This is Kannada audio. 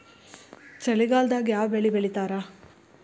ಚಳಿಗಾಲದಾಗ್ ಯಾವ್ ಬೆಳಿ ಬೆಳಿತಾರ?